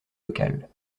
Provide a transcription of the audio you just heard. locales